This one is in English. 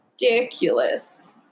ridiculous